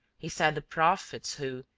he said the prophets who,